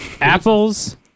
apples